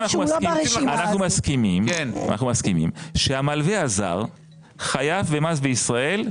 אנחנו מסכימים שהמלווה הזר חייב במס בישראל,